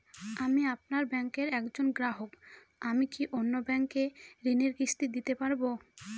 আমি আপনার ব্যাঙ্কের একজন গ্রাহক আমি কি অন্য ব্যাঙ্কে ঋণের কিস্তি দিতে পারবো?